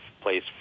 place